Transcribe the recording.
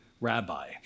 rabbi